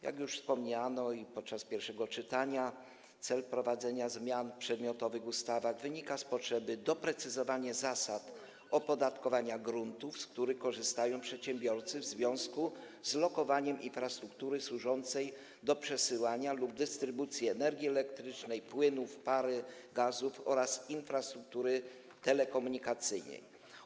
Jak już wspomniano podczas pierwszego czytania, wprowadzenie zmian w przedmiotowych ustawach wynika z potrzeby doprecyzowania zasad opodatkowania gruntów, z których korzystają przedsiębiorcy w związku z lokowaniem infrastruktury służącej do przesyłania lub dystrybucji energii elektrycznej, płynów, pary, gazów oraz infrastruktury komunikacyjnej.